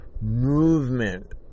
movement